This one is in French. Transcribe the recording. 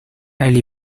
elle